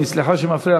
סליחה שאני מפריע.